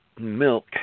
milk